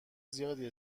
زیادی